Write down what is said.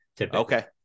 Okay